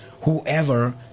whoever